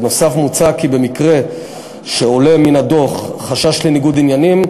נוסף על כך מוצע כי במקרה שעולה מן הדוח חשש לניגוד עניינים,